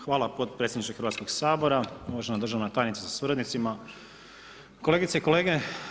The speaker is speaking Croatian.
Hvala potpredsjedniče Hrvatskoga sabora, uvažena državna tajnice sa suradnicima, kolegice i kolege.